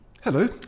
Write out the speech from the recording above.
Hello